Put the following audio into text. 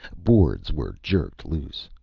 boards were jerked loose.